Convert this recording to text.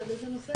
על איזה נושא?